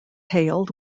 hailed